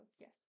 yes